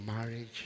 marriage